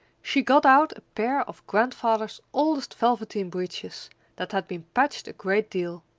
she got out a pair of grandfather's oldest velveteen breeches that had been patched a great deal,